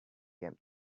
came